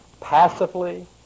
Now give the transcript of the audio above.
Passively